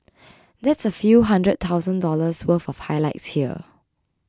that's a few hundred thousand dollars worth of highlights here